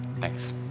Thanks